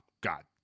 god